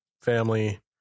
family